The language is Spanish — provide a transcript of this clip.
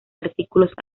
artículos